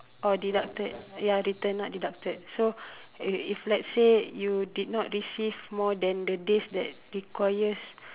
or deducted ya returned not deducted so it if let's say you did not receive more than the days that requires